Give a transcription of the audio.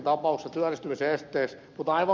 mutta aivan kuten ed